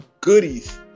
goodies